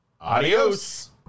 adios